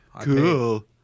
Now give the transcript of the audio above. Cool